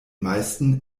meisten